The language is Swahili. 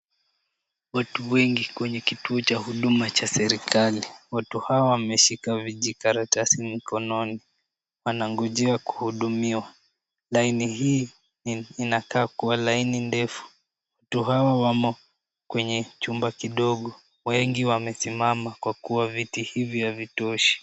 Watu wengi kwenye kituo cha huduma cha serikali. Watu hawa wameshika vijikaratasi mkononi wanangojea kuhudumiwa. Laini hii inakaa kuwa laini ndefu. Watu hawa wamo kwenye chumba kidogo wengi wamesimama kwa kuwa viti hivyo havitoshi.